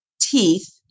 teeth